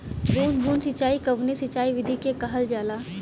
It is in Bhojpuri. बूंद बूंद सिंचाई कवने सिंचाई विधि के कहल जाला?